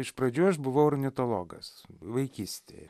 iš pradžių aš buvau ornitologas vaikystėje